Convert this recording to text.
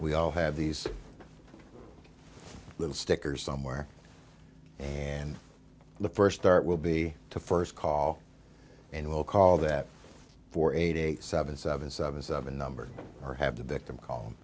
we all have these little stickers somewhere and the first start will be to first call and we'll call that four eight eight seven seven seven seven number or have the victim cal